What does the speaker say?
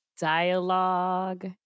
dialogue